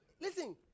Listen